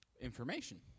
Information